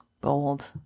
Bold